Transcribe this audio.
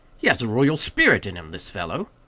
he has a royal spirit in him, this fellow.